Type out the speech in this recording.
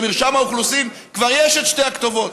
למרשם האוכלוסין כבר יש את שתי הכתובות,